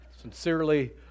sincerely